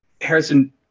Harrison